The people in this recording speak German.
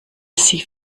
sie